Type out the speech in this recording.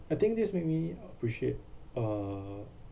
I think this made me appreciate uh